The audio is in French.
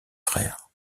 frères